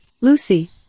Lucy